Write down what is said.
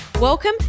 Welcome